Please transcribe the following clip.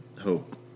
hope